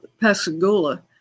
Pascagoula